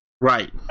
Right